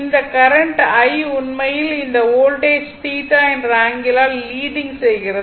இந்த current I உண்மையில் இந்த வோல்டேஜ் θ என்ற ஆங்கிளால் லீடிங் செய்கிறது